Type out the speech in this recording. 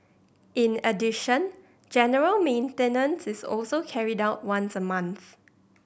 in addition general maintenance is also carried out once a month